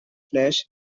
flash